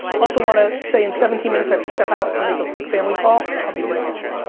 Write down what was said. also, wanna say in seventeen minutes, i have to step out and make a quick family call, i'll be right back.